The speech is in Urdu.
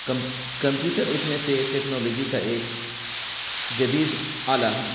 کمپیوٹر اس میں سے ٹیکنالوجی کا ایک جدید آلہ ہے